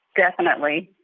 definitely,